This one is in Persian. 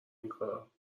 اینکارا